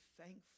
thankful